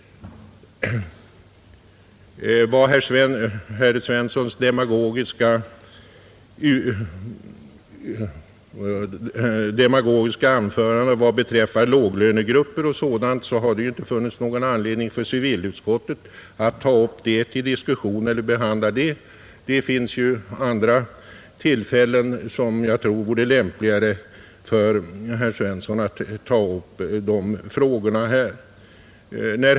Vad beträffar herr Svenssons demagogiska tal om låglönegruppernas situation har det inte funnits någon anledning för civilutskottet att behandla den saken. Det finns ju andra tillfällen, som jag tror är lämpligare för herr Svensson att ta upp de frågorna vid.